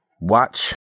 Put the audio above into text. Watch